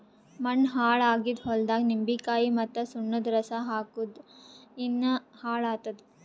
ಮಣ್ಣ ಹಾಳ್ ಆಗಿದ್ ಹೊಲ್ದಾಗ್ ನಿಂಬಿಕಾಯಿ ಮತ್ತ್ ಸುಣ್ಣದ್ ರಸಾ ಹಾಕ್ಕುರ್ ಇನ್ನಾ ಹಾಳ್ ಆತ್ತದ್